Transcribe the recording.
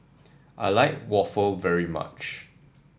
I like waffle very much